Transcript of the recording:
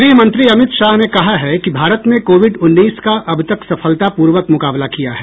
गृहमंत्री अमित शाह ने कहा है कि भारत ने कोविड उन्नीस का अब तक सफलतापूर्वक मुकाबला किया है